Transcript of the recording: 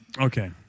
Okay